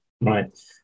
Right